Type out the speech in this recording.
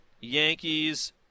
Yankees